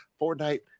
Fortnite